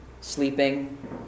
Sleeping